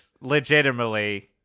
legitimately